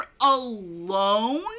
alone